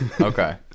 okay